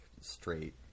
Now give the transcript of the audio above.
straight